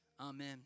Amen